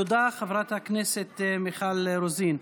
תודה, חברת הכנסת מיכל רוזין.